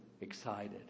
excited